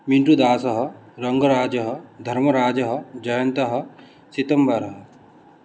मिण्टुदासः रङ्गराजः धर्मराजः जयन्तः चितम्बरः